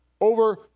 over